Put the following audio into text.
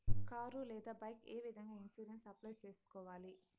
car లేదా bike ఏ విధంగా ఇన్సూరెన్సు అప్లై సేసుకోవాలి